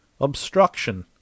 Obstruction